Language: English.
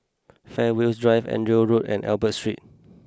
Fairways Drive Andrew Road and Albert Street